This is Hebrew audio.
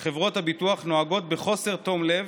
שבו חברות הביטוח נוהגות בחוסר תום לב,